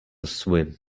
swim